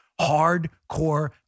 Hardcore